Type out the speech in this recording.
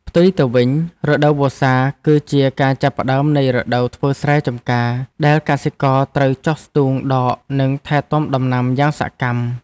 ផ្ទុយទៅវិញរដូវវស្សា គឺជាការចាប់ផ្តើមនៃរដូវធ្វើស្រែចម្ការដែលកសិករត្រូវចុះស្ទូងដក និងថែទាំដំណាំយ៉ាងសកម្ម។